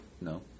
no